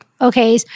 okay